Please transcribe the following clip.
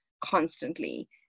constantly